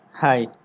Hi